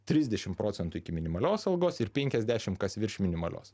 trisdešim procentų iki minimalios algos ir penkiasdešim kas virš minimalios